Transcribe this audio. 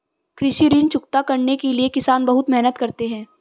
कृषि ऋण चुकता करने के लिए किसान बहुत मेहनत करते हैं